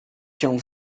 się